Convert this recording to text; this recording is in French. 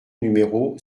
numéro